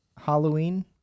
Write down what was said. Halloween